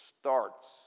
starts